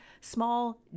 small